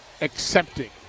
accepting